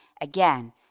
again